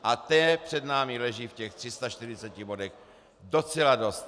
A té před námi leží v těch 340 bodech docela dost.